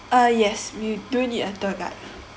uh yes we need a tour guide